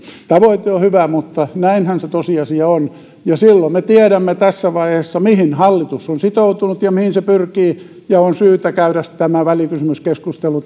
tavoite on hyvä mutta näinhän se tosiasia on ja silloin me tiedämme tässä vaiheessa mihin hallitus on sitoutunut ja mihin se pyrkii ja on syytä käydä tämä välikysymyskeskustelu